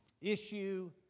issue